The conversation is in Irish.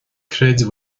creid